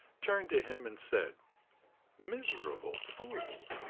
turned to him and said miserable fool!